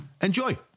Enjoy